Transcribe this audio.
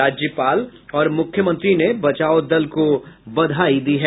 राज्यपाल और मुख्यमंत्री ने बचाव दल को बधाई दी है